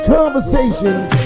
Conversations